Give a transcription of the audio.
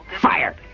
Fire